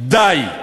די,